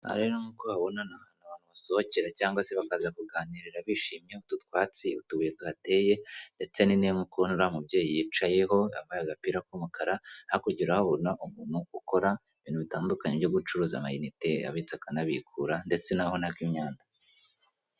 Hano rero nkuko uhabona n'ahantu abantu basokera cyangwa se bakaza kuganirira bishimye, muri utu twatsi utubuye tuhateye ndetse n'intebe uriya mubyeyi yicayeho wambaye agapira k'umukara, hakurya urabona umuntu ukora ibintu bitandukanye byo gucuruza ama unite, abitsa akanabikura ndetse naho unaga imyanda.